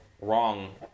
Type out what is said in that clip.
Wrong